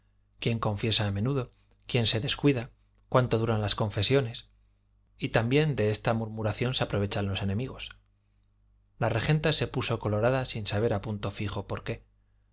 quién confiesa a menudo quién se descuida cuánto duran las confesiones y también de esta murmuración se aprovechan los enemigos la regenta se puso colorada sin saber a punto fijo por qué